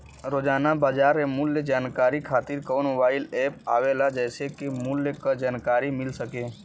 रोजाना बाजार मूल्य जानकारी खातीर कवन मोबाइल ऐप आवेला जेसे के मूल्य क जानकारी मिल सके?